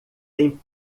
tem